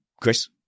Chris